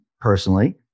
personally